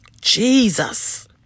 Jesus